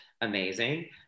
amazing